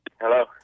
Hello